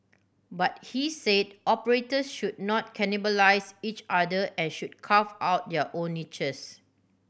but he said operator should not cannibalise each other and should carve out their own niches